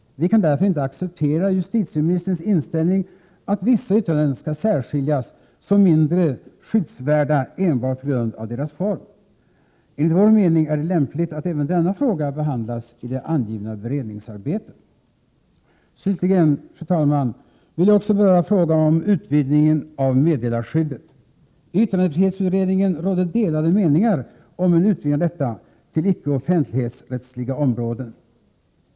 Vi kan därför inte acceptera justitieministerns inställning att vissa yttranden skall särskiljas som mindre skyddsvärda enbart på grund av deras form. Enligt vår mening är det lämpligt att även denna fråga behandlas i det angivna beredningsarbetet. Slutligen, fru talman, vill jag också beröra frågan om utvidgningen av meddelarskyddet. I yttrandefrihetsutredningen rådde delade meningar om en utvidgning av detta till icke offentlighetsrättsliga områden.